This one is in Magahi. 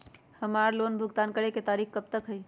हमार लोन भुगतान करे के तारीख कब तक के हई?